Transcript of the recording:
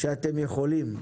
שהם יכולים.